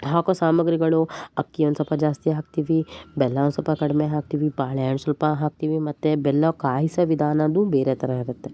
ಹಾಕೊ ಸಾಮಗ್ರಿಗಳು ಅಕ್ಕಿ ಒಂದು ಸ್ವಲ್ಪ ಜಾಸ್ತಿ ಹಾಕ್ತೀವಿ ಬೆಲ್ಲ ಒಂದು ಸ್ವಲ್ಪ ಕಡಿಮೆ ಹಾಕ್ತೀವಿ ಬಾಳೆಹಣ್ಣು ಸ್ವಲ್ಪ ಹಾಕ್ತೀವಿ ಮತ್ತೆ ಬೆಲ್ಲ ಕಾಯಿಸೊ ವಿಧಾನ ಬೇರೆ ಥರ ಇರುತ್ತೆ